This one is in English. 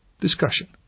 Discussion